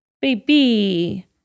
Baby